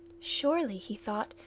surely, he thought,